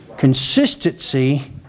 Consistency